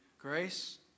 Grace